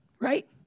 Right